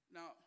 Now